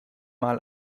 mal